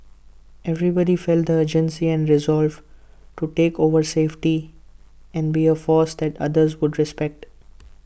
everybody felt the urgency and resolve to take over safely and be A force that others would respect